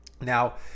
Now